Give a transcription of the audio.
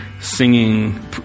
singing